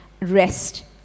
rest